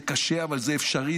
זה קשה אבל זה אפשרי.